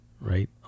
right